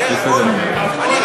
זה הסתדר?